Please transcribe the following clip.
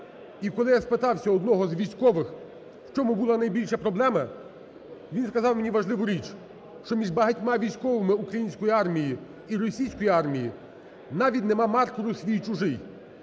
І коли я спитав одного з військових, в чому була найбільша проблема, він сказав мені важливу річ: що між багатьма військовими української армії і російської армії навіть немає маркеру "свій-чужий",